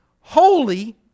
holy